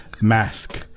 Mask